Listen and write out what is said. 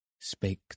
spake